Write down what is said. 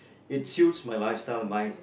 it suits my lifestyle my